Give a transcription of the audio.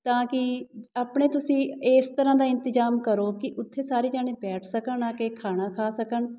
ਤਾਂ ਕਿ ਆਪਣੇ ਤੁਸੀਂ ਇਸ ਤਰ੍ਹਾਂ ਦਾ ਇੰਤਜ਼ਾਮ ਕਰੋ ਕਿ ਉੱਥੇ ਸਾਰੇ ਜਣੇ ਬੈਠ ਸਕਣ ਆ ਕੇ ਖਾਣਾ ਖਾ ਸਕਣ